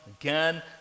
again